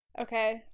Okay